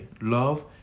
Love